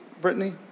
Brittany